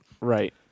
Right